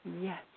Yes